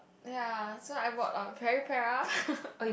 ya so I bought a Peripera